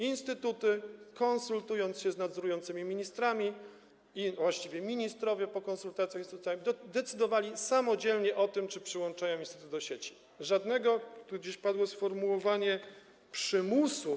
Instytuty, konsultując się z nadzorującymi ministrami, a właściwie ministrowie po konsultacjach tutaj, decydowali samodzielnie o tym, czy przyłączają instytuty do sieci, bez żadnego, a tu gdzieś padło takie sformułowanie, przymusu.